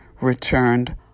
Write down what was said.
returned